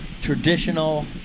traditional